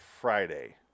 Friday